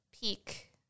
peak